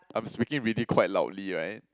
I'm speaking really quite loudly right